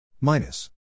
minus